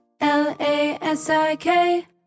L-A-S-I-K